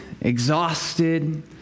exhausted